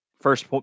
first